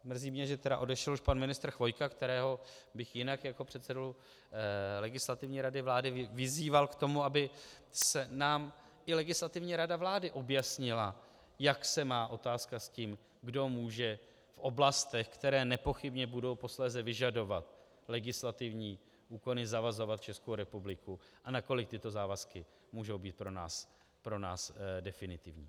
Mrzí mě tedy, že odešel už pan ministr Chvojka, kterého bych jinak jako předsedu Legislativní rady vlády vyzýval k tomu, aby nám i Legislativní rada vlády objasnila, jak se má otázka s tím, kdo může v oblastech, které nepochybně budou posléze vyžadovat legislativní úkony, zavazovat Českou republiku a nakolik tyto závazky můžou být pro nás definitivní.